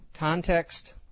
Context